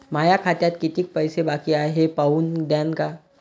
माया खात्यात कितीक पैसे बाकी हाय हे पाहून द्यान का?